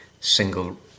single